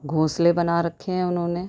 گھونسلے بنا رکھے ہیں انہوں نے